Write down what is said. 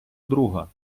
друга